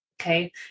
Okay